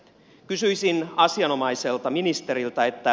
kysyisin asianomaiselta ministeriltä